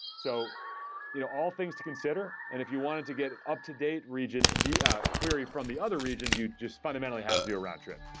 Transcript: so you know all things to consider, and if you wanted to get and up to date region yeah query from the other regions, you just fundamentally have to do a round trip.